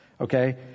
Okay